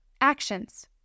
Actions